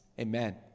Amen